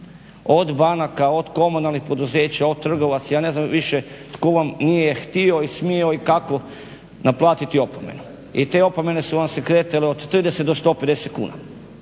od banaka, od komunalnih poduzeća, od trgovaca, ja ne znam više tko vam nije htio i smio i kako naplatiti opomenu. I te opomene su vam se kretale od 30 do 150 kuna.